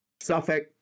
Suffolk